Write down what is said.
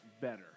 better